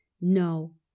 No